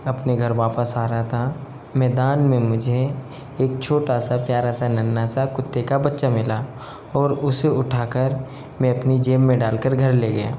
अपने घर वापस आ रहा था मैदान में मुझे एक छोटा सा प्यारा सा नन्हा सा कुत्ते का बच्चा मिला और उसे उठाकर मैं अपनी जेब में डालकर घर ले गया